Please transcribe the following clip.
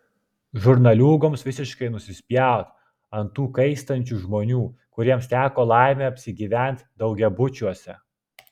žurnaliūgoms visiškai nusispjaut ant tų kaistančių žmonių kuriems teko laimė apsigyvent daugiabučiuose